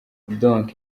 donc